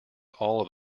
all